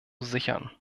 sichern